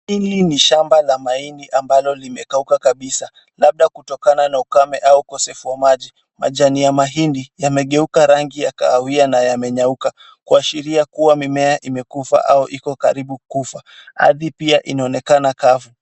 Hili ni shamba la mahindi ambalo limekauka kabisa . Labda kutokana na ukame au ukosefu wa maji. Majani ya mahindi yamegeuka rangi ya kahawia na yamenyauka kuashiria kuwa mimea imekufa au Iko karibu kufa. Ardhi pia inaonekana kavu.